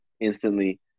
instantly